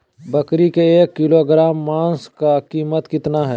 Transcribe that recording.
बकरी के एक किलोग्राम मांस का कीमत कितना है?